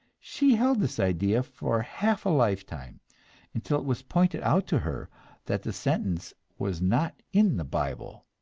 she held this idea for half a lifetime until it was pointed out to her that the sentence was not in the bible,